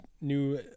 new